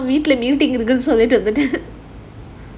weekly meeting இருக்குனு சொல்லிட்டு வந்துட்டேன்:irukunu sollitu vanthutaen